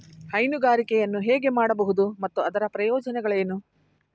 ಹೈನುಗಾರಿಕೆಯನ್ನು ಹೇಗೆ ಮಾಡಬಹುದು ಮತ್ತು ಅದರ ಪ್ರಯೋಜನಗಳೇನು?